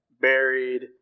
buried